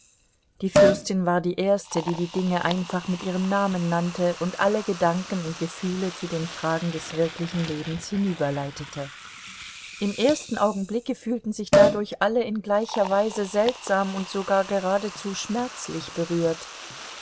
die fürstin war die erste die die dinge einfach mit ihren namen nannte und alle gedanken und gefühle zu den fragen des wirklichen lebens hinüberleitete im ersten augenblicke fühlten sich dadurch alle in gleicher weise seltsam und sogar geradezu schmerzlich berührt